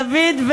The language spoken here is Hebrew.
די עם